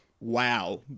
Wow